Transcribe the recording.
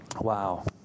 Wow